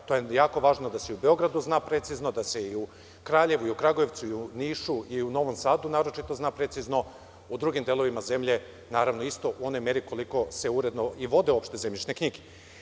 To je jako važno da se i u Beogradu zna precizno, da e i u Kraljevu, Kragujevcu, Nišu, Novom Sadu naročito zna precizno, u drugim delovima zemlje naravno isto u onoj meri koliko se uredno i vode uopšte zemljišne knjige.